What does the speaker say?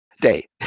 Day